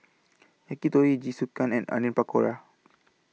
Yakitori Jingisukan and Onion Pakora